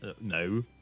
No